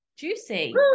Juicy